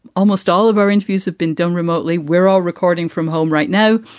almost all of our interviews have been done remotely. we're all recording from home right now.